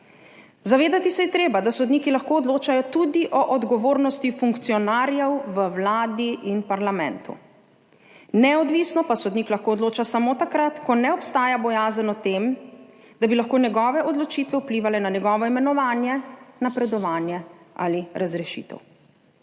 Zavedati se je treba, da sodniki lahko odločajo tudi o odgovornosti funkcionarjev v Vladi in parlamentu. Neodvisno pa sodnik lahko odloča samo takrat, ko ne obstaja bojazen o tem, da bi lahko njegove odločitve vplivale na njegovo imenovanje, napredovanje ali razrešitev.